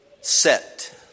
set